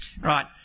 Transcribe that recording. Right